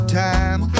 time